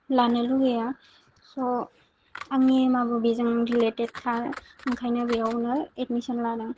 लानो लुबैया स आंनि एमाबो बेजों रिलेटेडखा ओंखायनो बेयावनो एडमिशन लादों